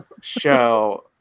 show